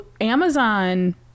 Amazon